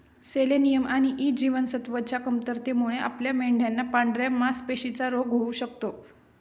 selenium आणि E जीवनसत्वच्या कमतरतेमुळे आपल्या मेंढयांना पांढऱ्या मासपेशींचा रोग होऊ शकतो